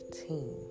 team